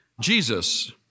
Jesus